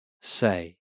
say